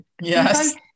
Yes